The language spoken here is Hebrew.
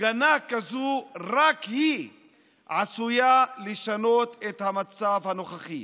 הפגנה כזו, רק היא עשויה לשנות את המצב הנוכחי.